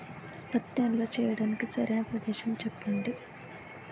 పత్తి నిల్వ చేయటానికి సరైన ప్రదేశం చెప్పండి?